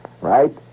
right